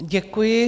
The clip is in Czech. Děkuji.